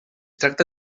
tracta